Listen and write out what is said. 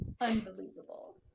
unbelievable